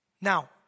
Now